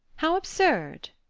how absurd!